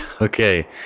Okay